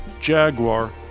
Jaguar